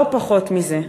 לא פחות מזה.